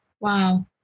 wow